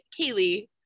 Kaylee